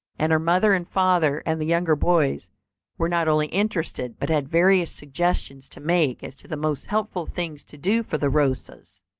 and her mother and father and the younger boys were not only interested, but had various suggestions to make as to the most helpful things to do for the rosas.